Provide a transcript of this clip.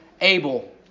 Abel